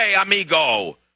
amigo